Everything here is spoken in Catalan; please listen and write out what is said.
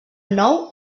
nou